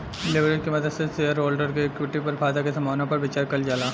leverage के मदद से शेयरहोल्डर्स के इक्विटी पर फायदा के संभावना पर विचार कइल जाला